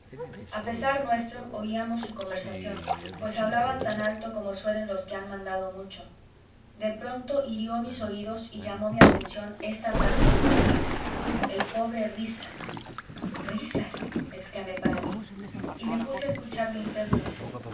a pesar nuestro oíamos su conversación pues hablaban tan alto como suelen los que han mandado mucho de pronto hirió mis oídos y llamó mi atención esta frase del coronel el pobre risas risas exclamé para mí y me puse a escuchar de intento